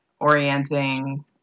orienting